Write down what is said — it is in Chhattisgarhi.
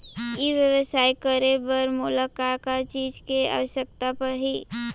ई व्यवसाय करे बर मोला का का चीज के आवश्यकता परही?